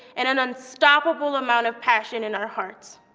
and an unstoppable amount of passion in our hearts.